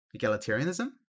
Egalitarianism